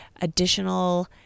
additional